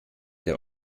der